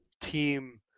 team